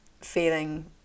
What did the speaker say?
feeling